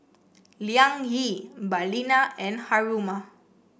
Liang Yi Balina and Haruma